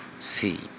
see